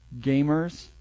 Gamers